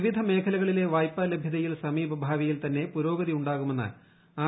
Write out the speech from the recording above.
വിവിധ മേഖലകളിലെ വായ്പാ ലഭ്യതയിൽ സമീപ ഭാവിയിൽ തന്നെ പുരോഗതി ഉണ്ടാകുമെന്ന് ആർ